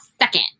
second